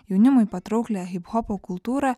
jaunimui patrauklią hip hopo kultūrą